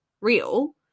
real